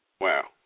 Wow